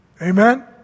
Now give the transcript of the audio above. Amen